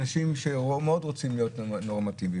אנשים שמאוד רוצים להיות נורמטיביים.